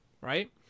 right